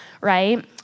Right